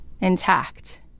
intact